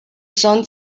sun